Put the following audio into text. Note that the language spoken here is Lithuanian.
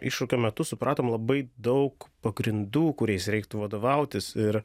iššūkio metu supratom labai daug pagrindų kuriais reiktų vadovautis ir